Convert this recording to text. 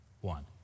One